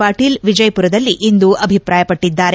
ಪಾಟೀಲ್ ವಿಜಯಪುರದಲ್ಲಿ ಇಂದು ಅಭಿಪ್ರಾಯಪಟ್ಟದ್ದಾರೆ